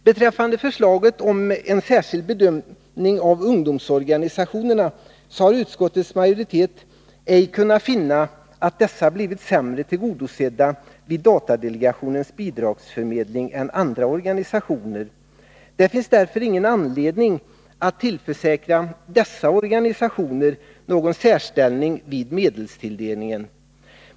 Beträffande förslaget om en särskild bedömning av ungdomsorganisationerna har utskottets majoritet ej kunnat finna att dessa blivit sämre tillgodosedda vid datadelegationens bidragsfördelning än andra organisationer. Det finns därför ingen anledning att tillförsäkra ungdomsorganisationerna någon särställning vid medelstilldelningen.